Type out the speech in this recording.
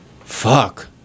Fuck